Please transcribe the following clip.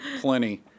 Plenty